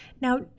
Now